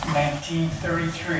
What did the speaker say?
1933